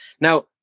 Now